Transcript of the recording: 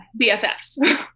BFFs